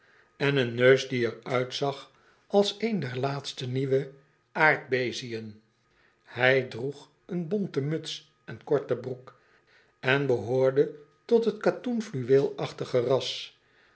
en een neus die er uitzag als een der laatste nieuwe aardbeziën hij droeg een bonte muts en korte broek en behoorde tot het